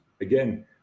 again